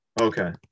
Okay